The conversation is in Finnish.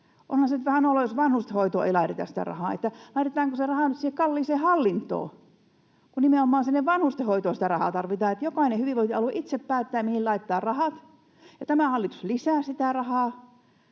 Onhan se nyt vähän noloa, jos vanhustenhoitoon ei laiteta sitä rahaa. Laitetaanko se raha nyt sinne kalliiseen hallintoon, kun nimenomaan sinne vanhustenhoitoon sitä rahaa tarvitaan? Jokainen hyvinvointialue itse päättää, mihin laittaa rahat, ja tämä hallitus lisää sitä rahaa.